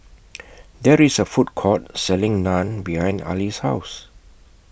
There IS A Food Court Selling Naan behind Arlie's House